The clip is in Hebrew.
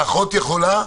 ואחות יכולה?